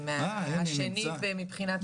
זה השני מבחינת תפוסה,